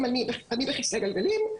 אם אני בכיסא גלגלים,